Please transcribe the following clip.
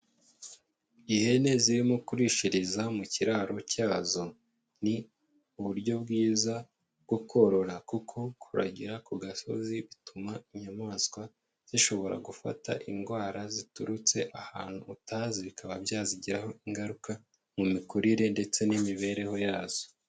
Ihene zirimo kurishiriza mu kiraro cyazo, ni uburyo bwiza bwo korora kuko kuragira ku gasozi bituma inyamaswa zishobora gufata indwara ziturutse ahantu utazi, bikaba byazigiraho ingaruka, mu mikurire ndetse n'imibereho yazo.